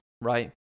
right